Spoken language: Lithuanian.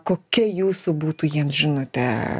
kokia jūsų būtų jiems žinutė